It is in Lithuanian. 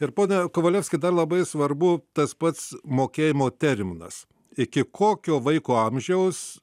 ir pone kovalevski dar labai svarbu tas pats mokėjimo terminas iki kokio vaiko amžiaus